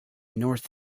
north